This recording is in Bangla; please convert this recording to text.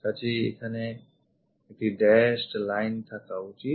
কাজেই এখানে একটি dashed lineথাকা উচিৎ